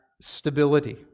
stability